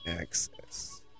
access